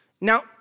Now